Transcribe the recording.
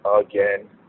again